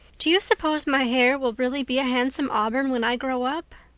do you suppose my hair will really be a handsome auburn when i grow up?